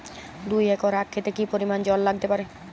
দুই একর আক ক্ষেতে কি পরিমান জল লাগতে পারে?